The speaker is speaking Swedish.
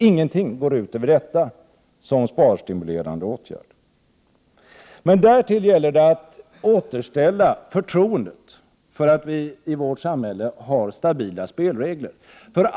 Ingenting går utöver detta som sparstimulerande åtgärd. Men därtill gäller det att återställa förtroendet för att vi i vårt samhälle har stabila spelregler.